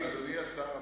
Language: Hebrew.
אדוני השר המכובד,